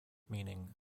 meaning